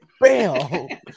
bam